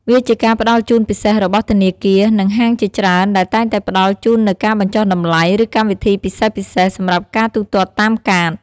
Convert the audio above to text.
វាជាការផ្តល់ជូនពិសេសរបស់ធនាគារ និងហាងជាច្រើនដែលតែងតែផ្តល់ជូននូវការបញ្ចុះតម្លៃ ឬកម្មវិធីពិសេសៗ សម្រាប់ការទូទាត់តាមកាត។